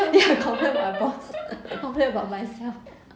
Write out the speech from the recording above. ya I complain my boss complain about myself